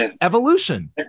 evolution